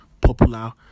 popular